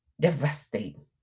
devastating